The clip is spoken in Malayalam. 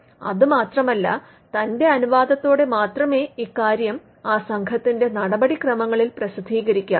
അത് മാത്രമല്ല തന്റെ അനുവാദത്തോടെ മാത്രമേ ഇക്കാര്യം ആ സംഘത്തിന്റെ നടപടിക്രമങ്ങളിൽ പ്രസിദ്ധീകരിക്കാവൂ